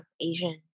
Asian